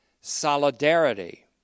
solidarity